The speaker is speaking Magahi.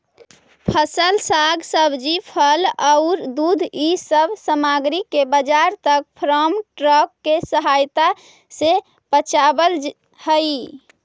फसल, साग सब्जी, फल औउर दूध इ सब सामग्रि के बाजार तक फार्म ट्रक के सहायता से पचावल हई